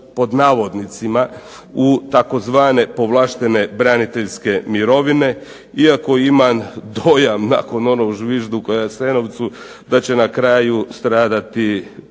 pod navodnicima, u tzv. "povlaštene braniteljske mirovine". Iako imam dojam nakon onog zvižduka u Jasenovcu da će na kraju stradati